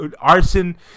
Arson